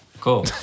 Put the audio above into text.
Cool